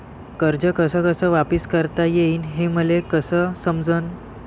कर्ज कस कस वापिस करता येईन, हे मले कस समजनं?